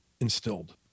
instilled